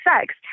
sex